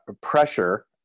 pressure